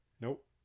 Nope